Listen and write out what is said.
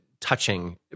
touching